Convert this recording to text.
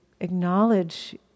acknowledge